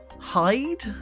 Hide